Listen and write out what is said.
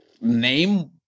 Name